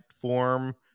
form